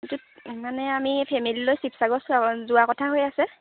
মানে আমি ফেমিলি লৈ শিৱসাগৰ চোৱা যোৱা কথা হৈ আছে